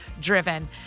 driven